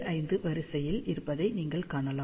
25 வரிசையில் இருப்பதை நீங்கள் காணலாம்